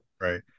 Right